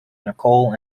nicole